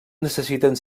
necessiten